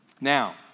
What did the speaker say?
Now